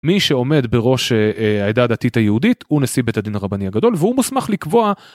מי שעומד בראש העדה הדתית היהודית הוא נשיא בית הדין הרבני הגדול והוא מוסמך לקבוע